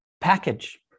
package